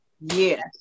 yes